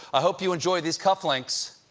hope you enjoy these cufflinks.